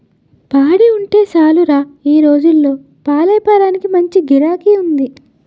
పాడి ఉంటే సాలురా ఈ రోజుల్లో పాలేపారానికి మంచి గిరాకీ ఉంది